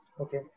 Okay